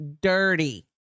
dirty